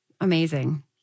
Amazing